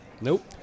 Nope